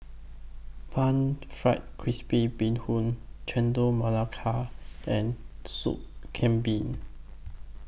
Pan Fried Crispy Bee Hoon Chendol Melaka and Soup Kambing